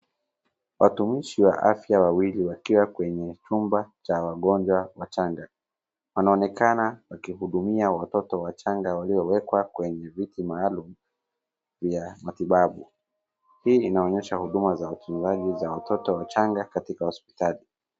Watumishi wa afya wawili wakiwa kwenye chumba cha wagonjwa wachanga, wanaonekana wakihudumia watoto wachanga waliowekwa kwenye viti maalum vya matibabu, hii inaonyesha huduma za uchungaji za watoto wachanga katika hospitali.